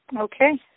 Okay